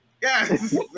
Yes